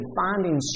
finding